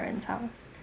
parents' house